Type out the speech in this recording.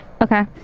okay